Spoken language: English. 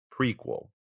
prequel